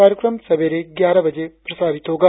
कार्यक्रम सवेरे ग्यारह बजे प्रसारित होगा